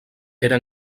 era